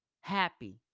happy